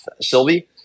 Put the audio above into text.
Sylvie